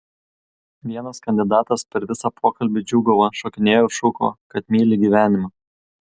vienas kandidatas per visą pokalbį džiūgavo šokinėjo ir šūkavo kad myli gyvenimą